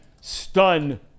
stun